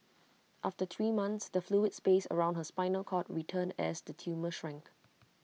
after three months the fluid space around her spinal cord returned as the tumour shrank